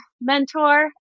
mentor